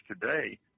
today